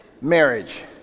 marriage